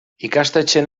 ikastetxeen